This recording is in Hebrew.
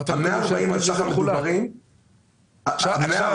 140 מיליון השקלים המדוברים מחולקים על בסיס הנוסחה.